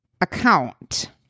account